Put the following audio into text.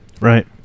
right